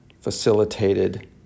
facilitated